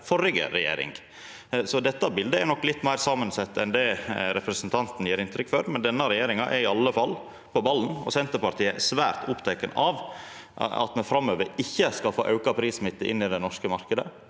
førre regjering. Dette bildet er nok litt meir samansett enn det representanten gjev inntrykk av, men regjeringa er i alle fall på ballen. Senterpartiet er svært oppteke av at me framover ikkje skal få auka prissmitte inn i den norske marknaden.